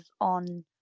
on